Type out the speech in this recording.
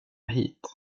hit